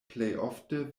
plejofte